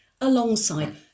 alongside